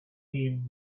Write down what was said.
him